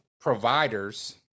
providers